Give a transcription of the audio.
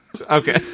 Okay